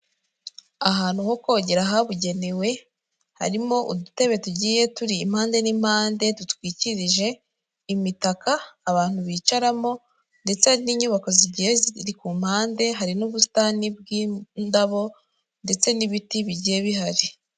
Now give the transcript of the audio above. Ahantu ho kogera habugenewe, harimo udutebe tugiye turi impande n'impande dutwikirije imitaka abantu bicaramo ndetse n'inyubako zigiye ziri ku mpande hari n'ubusitani bw'indabo ndetse n'ibiti bigiye bihari.